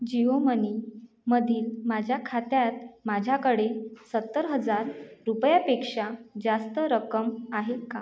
जिओ मनीमधील माझ्या खात्यात माझ्याकडे सत्तर हजार रुपयापेक्षा जास्त रक्कम आहे का